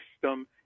system